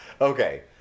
Okay